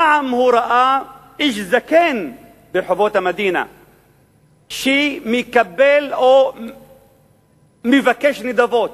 פעם הוא ראה איש זקן ברחובות המדינה שמקבל או מבקש נדבות.